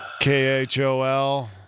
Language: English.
K-H-O-L